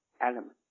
element